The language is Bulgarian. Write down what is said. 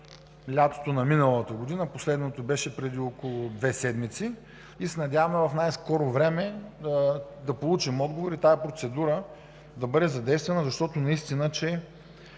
лятото на миналата година – последното беше преди около две седмици. Надяваме се в най-скоро време да получим отговор и тази процедура да бъде задействана, защото е истина, че